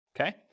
okay